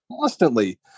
constantly